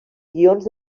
guions